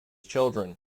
children